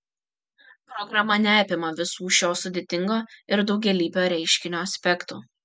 programa neapima visų šio sudėtingo ir daugialypio reiškinio aspektų